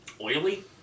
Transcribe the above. oily